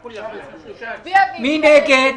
מי, נגד,